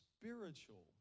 spiritual